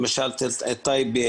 למשל טייבה,